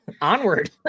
Onward